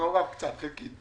מעורב חלקית.